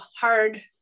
hard